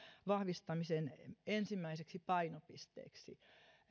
vahvistamisen ensimmäiseksi painopisteeksi